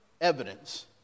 evidence